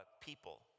people